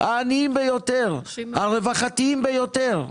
העניים ביותר, הרווחתיים ביותר.